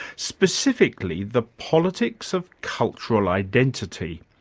specifically, the politics of cultural identity,